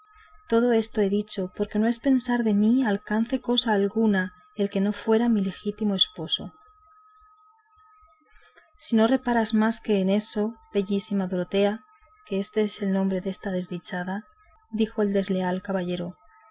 todo esto he dicho porque no es pensar que de mí alcance cosa alguna el que no fuere mi ligítimo esposo si no reparas más que en eso bellísima dorotea que éste es el nombre desta desdichada dijo el desleal caballero